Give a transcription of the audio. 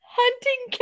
hunting